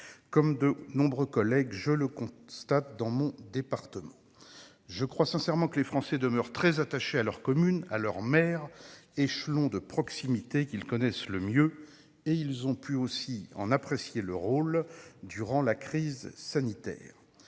Comme de nombreux collègues, je le constate dans mon département. Je crois sincèrement que les Français demeurent très attachés à leur commune et à leur maire, échelons de proximité, qu'ils connaissent le mieux et dont ils ont pu apprécier le rôle durant la crise sanitaire.